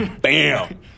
Bam